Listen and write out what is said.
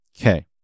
Okay